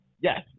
Yes